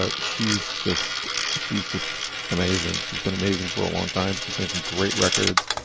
ah she's just she's just amazing she's been amazing for a long time she's making great records.